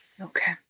okay